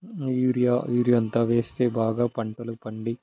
urea urea అంతా వేస్తే బాగా పంటలు పండి